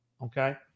okay